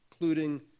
including